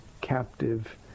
captive